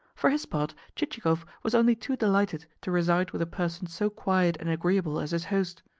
for his part, chichikov was only too delighted to reside with a person so quiet and agreeable as his host.